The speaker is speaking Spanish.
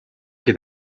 que